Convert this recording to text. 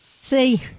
See